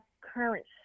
current